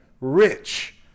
rich